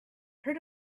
heard